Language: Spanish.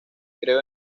creó